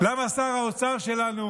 למה שר האוצר שלנו